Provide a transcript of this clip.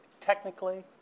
technically